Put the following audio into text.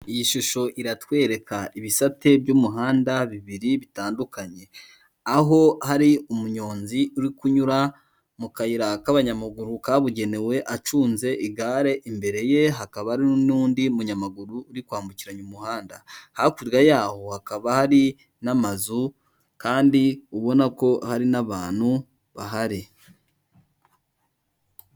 Iyi shusho iratwereka ibisate by'umuhanda bibiri bitandukanye. Aho hari umunyonzi uri kunyura mu kayira k'abanyamaguru kabugenewe acunze igare, imbere ye hakaba n'undi munyamaguru uri kwambukiranya umuhanda. Hakurya yaho hakaba hari n'amazu, kandi ubona ko hari n'abantu bahari.